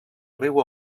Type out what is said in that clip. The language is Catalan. riu